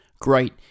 great